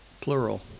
plural